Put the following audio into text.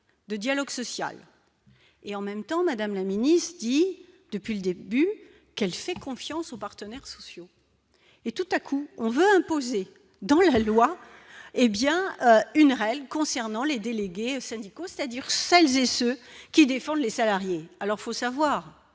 de dialogue social et en même temps Madame la ministre dit depuis le début qu'elle fait confiance aux partenaires sociaux. Et tout à coup on veut imposer dans la loi, hé bien une règle concernant les délégués syndicaux, c'est-à-dire celles et ceux qui défendent les salariés, alors faut savoir